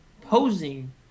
posing –